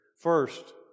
First